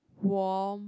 warm